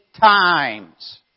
times